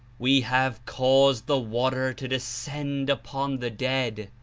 we have caused the water to descend upon the dead,